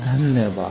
धन्यवाद